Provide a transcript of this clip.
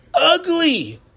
ugly